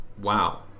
wow